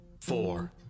four